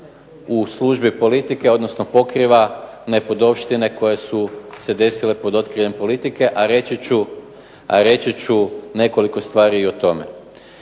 u službi politike odnosno pokriva nepodopštine koje su se desile pod okriljem politike, a reći ću nekoliko stvari o tome.